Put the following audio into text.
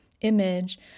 image